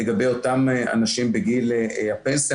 לגבי אותם אנשים בגיל הפנסיה,